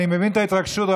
אני מבין את ההתרגשות,